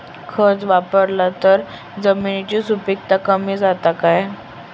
खत वापरला तर जमिनीची सुपीकता कमी जाता काय?